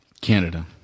Canada